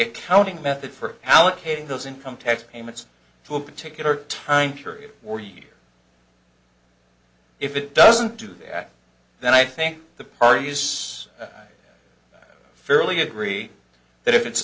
accounting method for allocating those income tax payments to a particular time period or year if it doesn't do that then i think the party use fairly agree that if it's